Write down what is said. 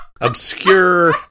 Obscure